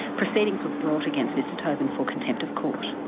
proceedings were brought against mr toben for contempt of court.